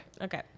Okay